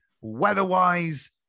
weather-wise